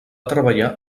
treballar